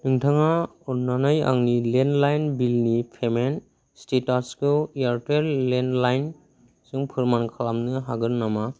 नोंथाङा अन्नानै आंनि लेन्डलाइन बिलनि पेमेन्ट स्टेटासखौ एयारटेल लेन्डलाइनजों फोरमान खालामनो हागोन नामा